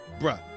bruh